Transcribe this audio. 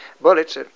bullets